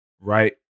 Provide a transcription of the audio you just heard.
Right